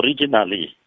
originally